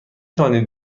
توانید